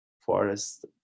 forest